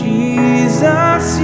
Jesus